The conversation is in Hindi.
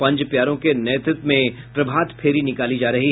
पंज प्यारों के नेतृत्व में प्रभात फेरी निकाली जा रही है